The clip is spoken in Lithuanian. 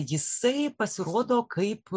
jisai pasirodo kaip